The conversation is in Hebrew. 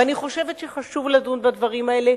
ואני חושבת שחשוב לדון בדברים האלה,